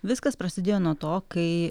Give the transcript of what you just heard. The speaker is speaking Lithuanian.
viskas prasidėjo nuo to kai